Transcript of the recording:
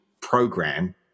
program